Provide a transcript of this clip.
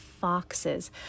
foxes